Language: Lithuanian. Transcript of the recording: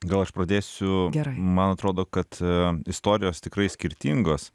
gal aš pradėsiu man atrodo kad istorijos tikrai skirtingos